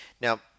Now